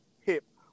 hip